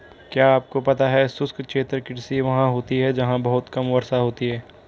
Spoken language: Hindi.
क्या आपको पता है शुष्क क्षेत्र कृषि वहाँ होती है जहाँ बहुत कम वर्षा होती है?